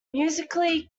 musically